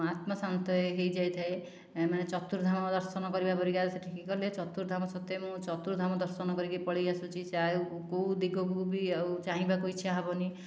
ଆତ୍ମା ଶାନ୍ତ ହୋଇଯାଇଥାଏ ମାନେ ଚତୁର୍ଧାମ ଦର୍ଶନ କରିବା ପରିକା ସେଠିକି ଗଲେ ଚତୁର୍ଧାମ ସତେ ମୁଁ ଚତୁର୍ଧାମ ଦର୍ଶନ କରିକି ପଳାଇ ଆସୁଛି ସେ ଆଉ କେଉଁ ଦିଗକୁ ବି ଆଉ ଚାହିଁବାକୁ ଇଚ୍ଛା ହେବନି